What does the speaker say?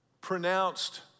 pronounced